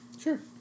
Sure